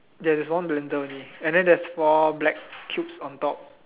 there're one blender only and then there's four black cubes on top